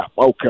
Okay